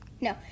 No